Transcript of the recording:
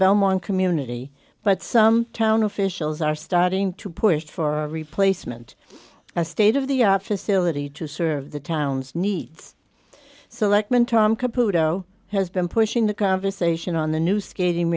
belmont community but some town officials are starting to push for a replacement a state of the art facility to serve the town's needs so lekman tom caputo has been pushing the conversation on the new skating